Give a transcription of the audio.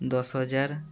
ଦଶ ହଜାର